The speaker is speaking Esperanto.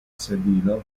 sedilo